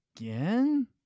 Again